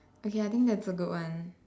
okay I think that's a good one